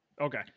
Okay